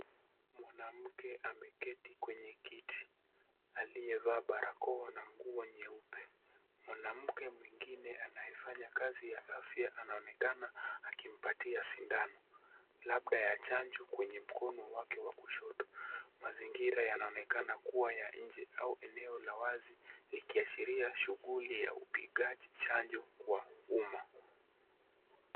Mwanamke ameketi kwenye kiti, aliyevaa barakoa na nguo nyeupe. Mwanamke mwengine anayefanya kazi ya afya, anaonekana akimpatia sindano, labda ya chanjo kwenye mkono wake wa kushoto. Mazingira yanaonekana kuwa ya nje au eneo la wazi likiashiria shughuli ya upigaji chanjo kwa umma.